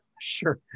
Sure